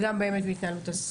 יישר כוח.